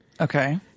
Okay